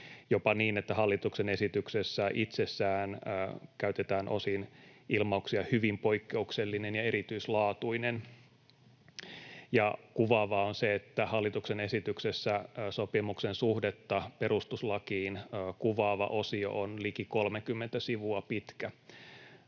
jopa niin, että hallituksen esityksessä itsessään käytetään osin ilmauksia ”hyvin poikkeuksellinen” ja ”erityislaatuinen”. Kuvaavaa on se, että hallituksen esityksessä sopimuksen suhdetta perustuslakiin kuvaava osio on liki 30 sivua pitkä.